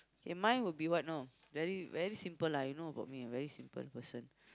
k mine would be what know very very simple lah you know about me very simple person